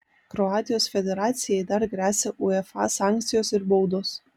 kroatijos federacijai dar gresia uefa sankcijos ir baudos